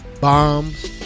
Bombs